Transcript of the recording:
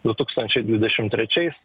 du tūkstančiai dvidešim trečiais